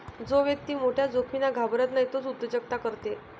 जो व्यक्ती मोठ्या जोखमींना घाबरत नाही तोच उद्योजकता करते